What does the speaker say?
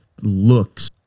looks